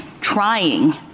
trying